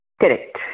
correct